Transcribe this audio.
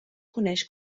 coneix